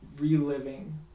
reliving